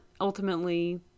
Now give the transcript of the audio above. ultimately